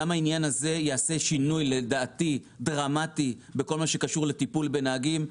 העניין הזה לדעתי יעשה שינוי דרמטי בכל מה שקשור לטיפול בנהגים.